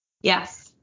Yes